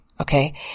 Okay